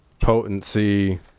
potency